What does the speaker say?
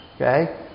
Okay